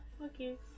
okay